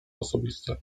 osobisty